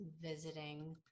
visiting